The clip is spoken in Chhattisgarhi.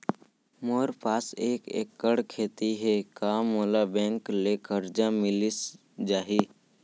मोर पास एक एक्कड़ खेती हे का मोला बैंक ले करजा मिलिस जाही?